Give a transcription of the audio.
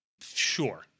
Sure